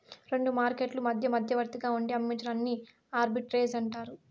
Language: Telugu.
రెండు మార్కెట్లు మధ్య మధ్యవర్తిగా ఉండి అమ్మించడాన్ని ఆర్బిట్రేజ్ అంటారు